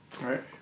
Right